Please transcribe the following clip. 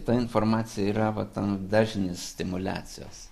ta informacija yra va ten dažnis stimuliacijos